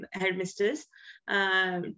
headmistress